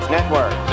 Network